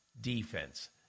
defense